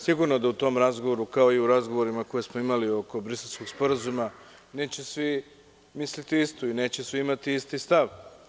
Sigurno da u tom razgovoru, kao i u razgovorima koje smo imali oko Briselskog sporazuma neće svi misliti isto i neće svi imati isti stav.